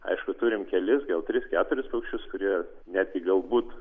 aišku turime kelis gal tris keturis paukščius kurie netgi galbūt